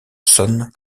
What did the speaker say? sonne